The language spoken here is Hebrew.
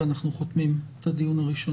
ואנחנו חותמים את הדיון הראשון.